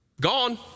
Gone